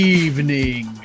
evening